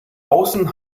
außen